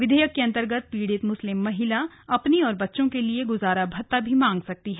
विधेयक के अंतर्गत पीड़ित मुस्लिम महिला स्वयं और अपने बच्चों के लिए गुजारा भत्ते की मांग कर सकती है